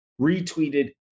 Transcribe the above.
retweeted